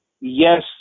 Yes